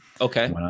Okay